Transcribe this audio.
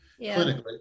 clinically